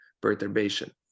perturbation